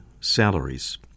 salaries